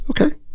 Okay